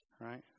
Right